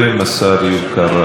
בבקשה, כבודו.